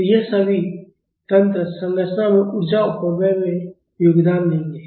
तो ये सभी तंत्र संरचना में ऊर्जा अपव्यय में योगदान देंगे